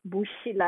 bull shit lah